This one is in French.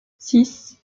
six